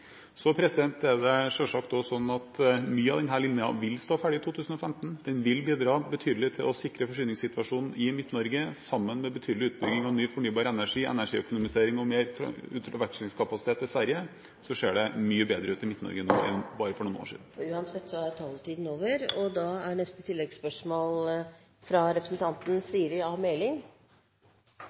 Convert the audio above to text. er selvsagt også sånn at mye av denne linjen vil stå ferdig i 2015. Den vil bidra betydelig til å sikre forsyningssituasjonen i Midt-Norge. Sammen med betydelig utbygging av ny fornybar energi, energiøkonomisering og mer utvekslingskapasitet til Sverige ser det mye bedre ut i Midt-Norge nå enn for bare noen år siden. Uansett er taletiden over. Da er neste oppfølgingsspørsmål fra representanten Siri A. Meling